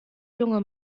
junge